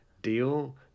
Deal